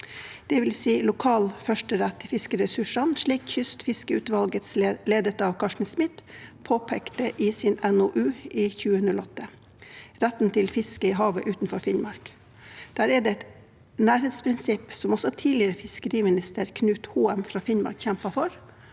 det vil si lokal førsterett til fiskeressursene, slik Kystfiskeutvalget ledet av Carsten Smith påpekte i sin NOU i 2008, «Retten til fiske i havet utenfor Finnmark». Der er det et nærhetsprinsipp, som også tidligere fiskeriminister Knut Hoem fra Finnmark kjempet for,